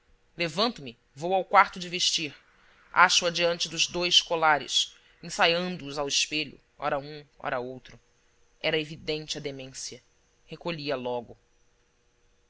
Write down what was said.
levanto me vou ao quarto de vestir acho-a diante dos dois colares ensaiando os ao espelho ora um ora outro era evidente a demência recolhi a logo